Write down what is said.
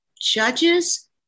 judges